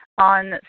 on